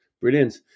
Brilliant